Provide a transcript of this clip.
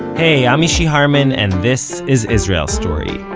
hey, i'm mishy harman and this is israel story.